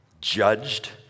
judged